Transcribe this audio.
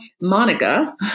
Monica